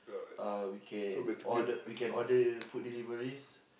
uh we can order we can order food deliveries